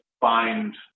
find